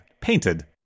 Painted